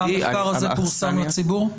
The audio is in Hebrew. והמחקר הזה פורסם לציבור?